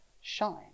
shine